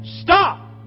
Stop